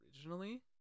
originally